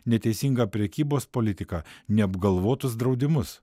neteisinga prekybos politika neapgalvotus draudimus